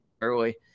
early